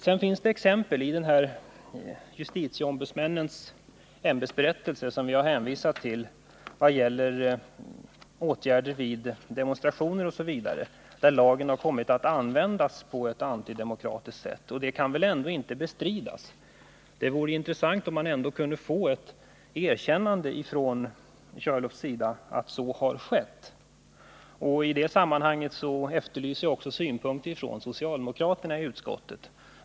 Vi har vidare anfört exempel ur justitieombudsmännens ämbetsberättelse som visar att lagen i samband med åtgärder vid demonstrationer osv. kommit att användas på ett antidemokratiskt sätt. Att så är förhållandet kan inte bestridas. Herr Körlof borde väl ändå kunna erkänna att så är förhållandet. Jag efterlyser också synpunkter på denna fråga från socialdemokraterna i utskottet.